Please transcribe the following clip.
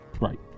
right